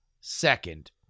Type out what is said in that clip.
second